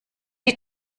die